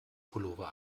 pullover